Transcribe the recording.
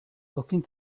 looking